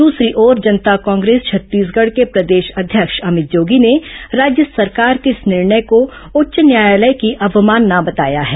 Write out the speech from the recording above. दूसरी ओर जनता कांग्रेस छत्तीसगढ़ के प्रदेश अध्यक्ष अमित जोगी ने राज्य सरकार के इस निर्णय को उच्च न्यायालय की अवमानना बताया है